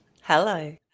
Hello